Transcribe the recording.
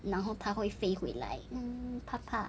然后他会飞回来 um 怕怕